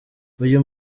uyu